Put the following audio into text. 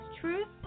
Truth